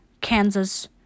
Kansas